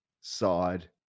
side